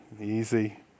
easy